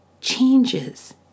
changes